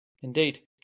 Indeed